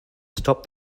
stop